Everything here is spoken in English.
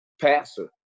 passer